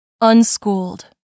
Unschooled